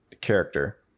character